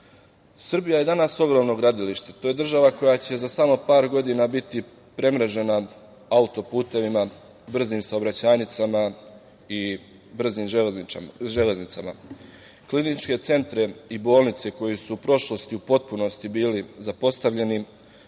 je danas ogromno gradilište. To je država koja će za samo par godina biti premrežena auto-putevima, brzim saobraćajnicama i brzim železnicama. Kliničke centre i bolnice koji su u prošlosti u potpunosti bili zapostavljeni